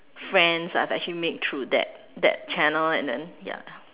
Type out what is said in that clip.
friends I've actually made through that that channel and then ya